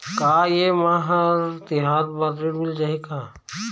का ये मा हर तिहार बर ऋण मिल जाही का?